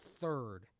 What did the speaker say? third